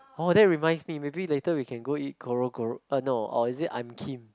orh that reminds me maybe later we can go eat korokoro or no is it I'm Kim